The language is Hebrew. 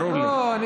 ברור לי.